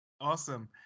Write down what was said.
Awesome